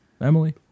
Emily